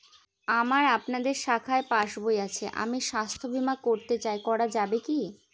আমার আপনাদের শাখায় পাসবই আছে আমি স্বাস্থ্য বিমা করতে চাই করা যাবে কি?